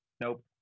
nope